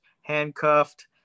handcuffed